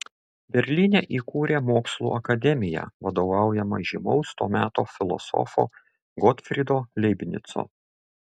berlyne įkūrė mokslų akademiją vadovaujamą žymaus to meto filosofo gotfrydo leibnico